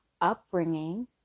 upbringing